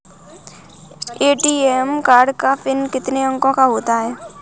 ATM card का PIN कितने अंकों का होता है?